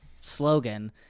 slogan